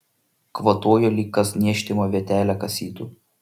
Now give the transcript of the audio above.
kvatojo lyg kas niežtimą vietelę kasytų